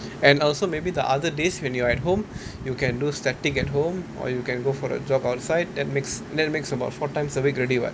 and also maybe the other days when you're at home you can do static at home or you can go for a jog outside that makes that makes about four times a week already [what]